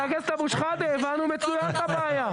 אבל ח"כ אבו שחאדה, הבנו מצוין את הבעיה.